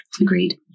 Agreed